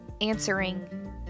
answering